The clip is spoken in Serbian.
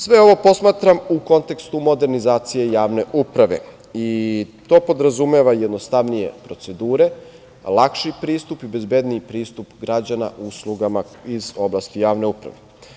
Sve ovo posmatram u kontekstu modernizacije javne uprave i to podrazumeva jednostavnije procedure, lakši pristup i bezbedniji pristup građana uslugama iz oblasti javne uprave.